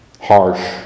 harsh